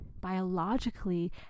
biologically